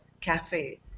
cafe